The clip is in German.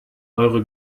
eure